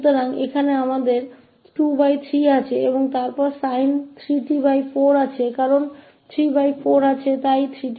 तो यहाँ हमारे पास 23 है और फिर sin 3t4 क्योंकि 34 है तो 34t